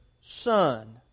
son